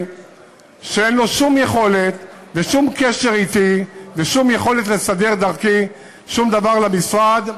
שאין לו שום קשר אתי ושום יכולת לסדר דרכי שום דבר במשרד,